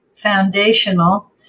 foundational